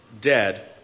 dead